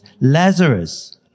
Lazarus